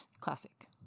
Classic